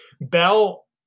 Bell